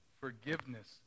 Forgiveness